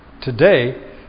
today